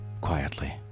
quietly